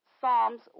Psalms